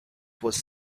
was